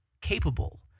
capable